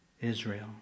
Israel